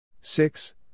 six